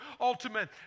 ultimate